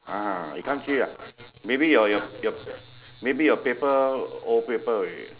(uh huh) you can't see ah maybe your your your maybe your paper old paper already